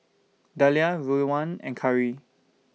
Dahlia Rowan and Kari